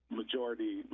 majority